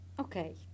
Okay